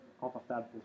confortable